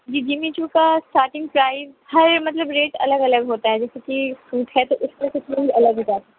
جی Jimmy Choo کا starting price ہر مطلب ریٹ الگ الگ ہوتا ہے جیسے کہ فروٹ ہے تو اس میں پھر بھی الگ ہوتا ہے